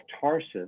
Tarsus